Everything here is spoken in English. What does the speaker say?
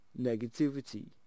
negativity